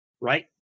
right